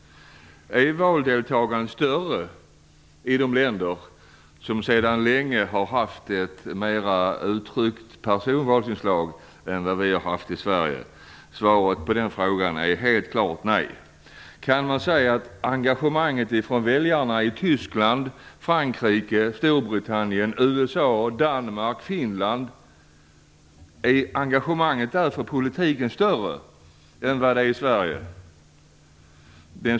Är valdeltagandet större i de länder som sedan länge har haft ett mera uttryckt personalvalsinslag än vad vi har haft i Sverige? Svaret på den frågan är helt klart nej. Kan man säga att engagemanget ifrån väljarna i Tyskland, Frankrike, Storbritannien, USA, Danmark och Finland är större än i Sverige?